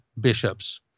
Bishops